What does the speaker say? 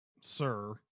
sir